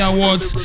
Awards